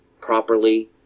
properly